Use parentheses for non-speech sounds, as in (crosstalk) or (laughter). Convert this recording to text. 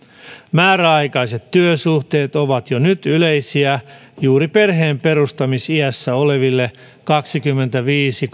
määräaikaiset työsuhteet ovat jo nyt yleisiä juuri perheenperustamisiässä olevilla kaksikymmentäviisi (unintelligible)